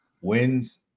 wins